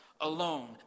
alone